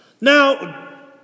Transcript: Now